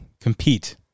compete